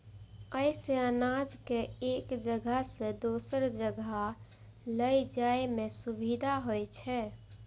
अय सं अनाज कें एक जगह सं दोसर जगह लए जाइ में सुविधा होइ छै